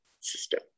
system